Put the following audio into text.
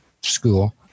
school